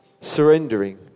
surrendering